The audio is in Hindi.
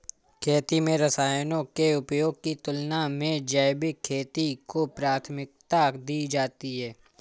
खेती में रसायनों के उपयोग की तुलना में जैविक खेती को प्राथमिकता दी जाती है